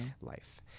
life